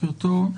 בוקר טוב.